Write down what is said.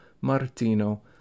Martino